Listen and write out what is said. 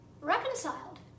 Reconciled